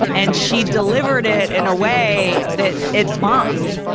and she delivered it in a way that it bombed.